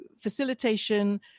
facilitation